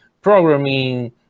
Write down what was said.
programming